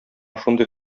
шундый